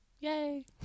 yay